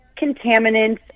contaminants